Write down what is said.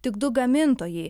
tik du gamintojai